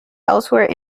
elsewhere